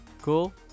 cool